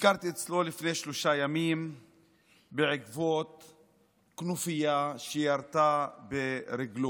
ביקרתי אצלו לפני שלושה ימים לאחר שכנופיה ירתה ברגלו,